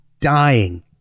dying